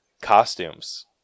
Costumes